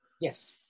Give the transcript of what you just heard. Yes